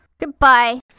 Goodbye